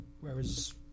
Whereas